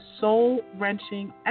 soul-wrenching